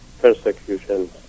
persecution